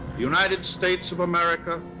united states of america